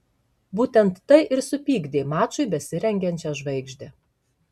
būtent tai ir supykdė mačui besirengiančią žvaigždę